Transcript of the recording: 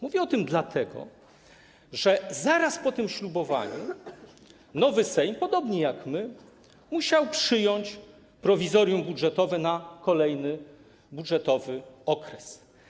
Mówię o tym, dlatego że zaraz po tym ślubowaniu nowy Sejm, podobnie jak my, musiał przyjąć prowizorium budżetowe na kolejny budżetowy okres.